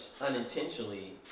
unintentionally